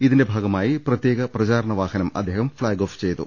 ഇതിന്റെ ഭാഗമായി പ്രത്യേക പ്രചാരണ വാഹനം അദ്ദേഹം ഫ്ളാഗ് ഓഫ് ചെയ്തു